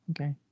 Okay